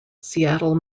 seattle